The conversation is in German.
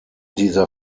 dieser